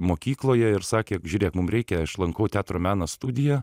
mokykloje ir sakė žiūrėk mum reikia aš lankau teatro meno studiją